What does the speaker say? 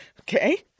Okay